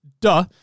Duh